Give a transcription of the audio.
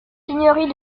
seigneurie